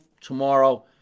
tomorrow